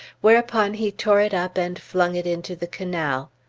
whereupon he tore it up and flung it into the canal.